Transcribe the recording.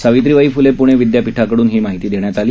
सावित्रीबाई फुले पृणे विदयापीठाकडून ही माहिती देण्यात आली